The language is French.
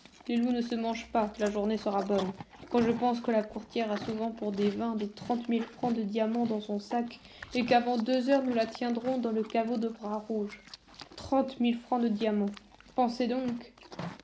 les loups ne se mangent pas la journée sera bonne quand je pense que la courtière a souvent pour des vingt des trente mille francs de diamants dans son sac et qu'avant deux heures nous la tiendrons dans le caveau de bras rouge trente mille francs de diamants pensez donc